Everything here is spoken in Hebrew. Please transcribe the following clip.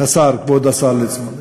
כבוד השר ליצמן.